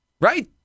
Right